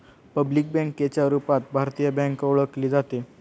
public बँकेच्या रूपात भारतीय बँक ओळखली जाते